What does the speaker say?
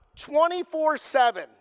24-7